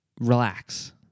relax